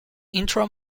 intro